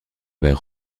vers